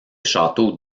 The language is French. châteaux